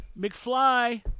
McFly